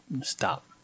stop